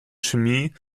chemie